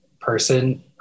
person